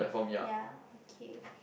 ya okay